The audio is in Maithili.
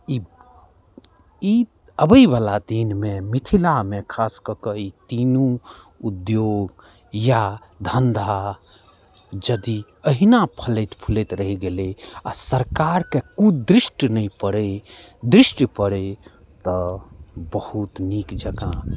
ई ई अबैवला दिनमे मिथिलामे खास ककऽ ई तीनू उद्योग या धन्धा यदि एहिना फलैत फूलैत रहि गेलै आ सरकारके कुदृष्टि नहि पड़ै दृष्टि पड़ै तऽ बहुत नीक जकाँ